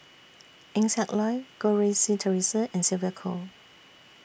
Eng Siak Loy Goh Rui Si Theresa and Sylvia Kho